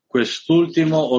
Quest'ultimo